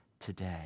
today